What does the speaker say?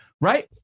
Right